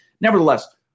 Nevertheless